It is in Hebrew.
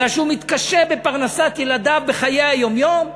כי הוא מתקשה בפרנסת ילדיו בחיי היום-יום?